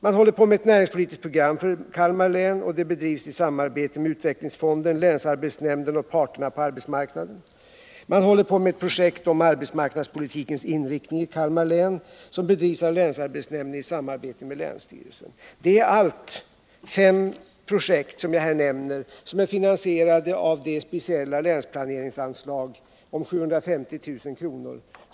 Man håller på med ett näringspolitiskt program i Kalmar län som bedrivs i samarbete med utvecklingsfonden, länsarbetsnämnden och parterna på arbetsmarknaden. Man håller på med ett projekt om arbetsmarknadspolitikens inriktning i Kalmar län, ett projekt som bedrivs av länsarbetsnämnden i samarbete med länsstyrelsen. Det är i allt fem projekt som jag här nämner, som är finansierade av det speciella länsplaneringsanslag om 750 000 kr.